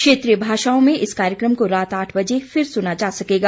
क्षेत्रीय भाषाओं में इस कार्यक्रम को रात आठ बजे फिर सुना जा सकेगा